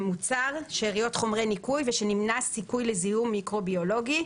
שאריות חומרי ניקוי ושנמנע סיכוי לזיהום מיקרוביולוגי.